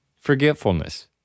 Forgetfulness